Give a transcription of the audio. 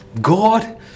God